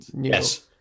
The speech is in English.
Yes